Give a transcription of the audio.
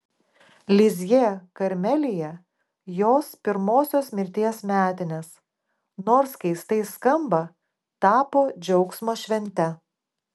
lizjė karmelyje jos pirmosios mirties metinės nors keistai skamba tapo džiaugsmo švente